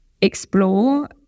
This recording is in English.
explore